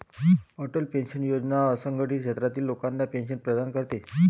Atal pension योजना असंघटित क्षेत्रातील लोकांना पेन्शन प्रदान करते